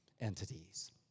entities